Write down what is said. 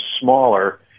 smaller